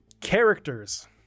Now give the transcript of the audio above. Characters